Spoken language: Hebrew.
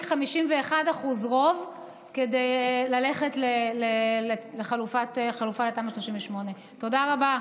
רוב של 51% כדי ללכת לחלופת תמ"א 38. תודה רבה.